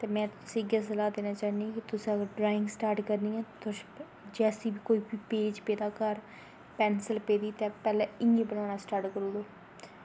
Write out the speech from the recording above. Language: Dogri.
ते में तुसेंगी इ'यै सलाह् देना चाह्न्नी कि तुसें अगर ड्राईंग स्टार्ट करनी ऐं तां जैसा बी कोई पेज पेदा घर पैंसल पेदी ते पैह्ले इ'यां गै बनाना स्टार्ट करी ओड़ो